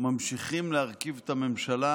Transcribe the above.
ממשיכים להרכיב את הממשלה